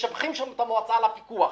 ומשבחים שם את המועצה על הפיקוח.